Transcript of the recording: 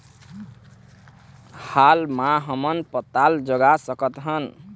हाल मा हमन पताल जगा सकतहन?